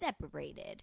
separated